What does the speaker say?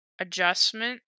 adjustment